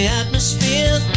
atmosphere